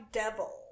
devil